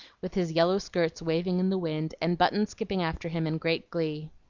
with his yellow skirts waving in the wind, and button skipping after him in great glee.